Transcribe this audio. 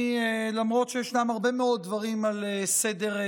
למרות שישנם הרבה מאוד דברים על סדר-יומנו,